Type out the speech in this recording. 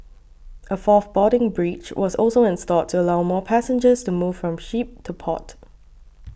a fourth boarding bridge was also installed to allow more passengers to move from ship to port